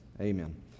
amen